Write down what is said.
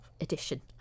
edition